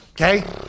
okay